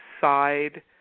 side